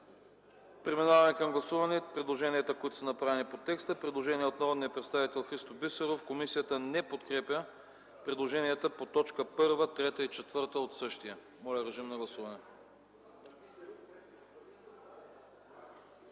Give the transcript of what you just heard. Преминаваме към гласуване на предложенията, които са направени по текста. Предложения от народния представител Христо Бисеров. Комисията не подкрепя предложенията по точки 1, 3 и 4 от същите. Моля да гласуваме.